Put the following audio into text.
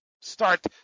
start